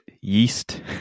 yeast